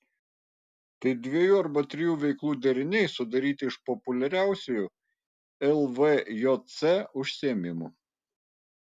tai dviejų arba trijų veiklų deriniai sudaryti iš populiariausių lvjc užsiėmimų